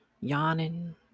yawning